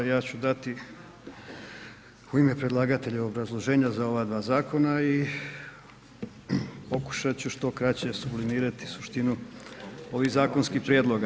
Ja ću dati u ime predlagatelja obrazloženje za ova dva zakona i pokušat ću što kraće sublimirati suštinu ovih zakonskih prijedloga.